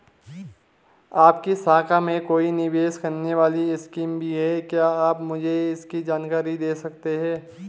आपकी शाखा में कोई निवेश करने वाली स्कीम भी है क्या आप मुझे इसकी जानकारी दें सकते हैं?